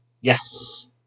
Yes